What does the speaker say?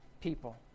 people